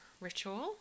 ritual